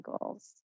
goals